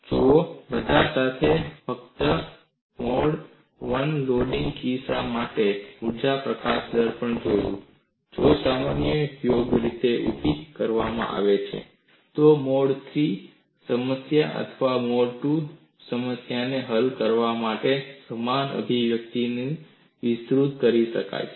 જુઓ બધા સાથે આપણે ફક્ત મોડ 1 લોડિંગના કેસ માટે ઊર્જા પ્રકાશન દર જોયા છે જો સમસ્યા યોગ્ય રીતે ઉભી કરવામાં આવે તો મોડ 3 સમસ્યા અથવા મોડ 2 સમસ્યાને હલ કરવા માટે સમાન અભિગમ વિસ્તૃત કરી શકાય છે